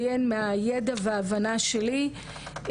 טכנולוגיים בהם נעשה שימוש כנגד הנפגע,